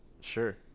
Sure